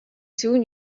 soon